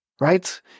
Right